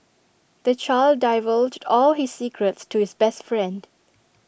the child divulged all his secrets to his best friend